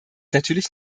natürlich